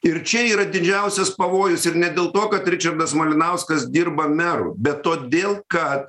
ir čia yra didžiausias pavojus ir ne dėl to kad ričardas malinauskas dirba meru bet todėl kad